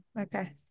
Okay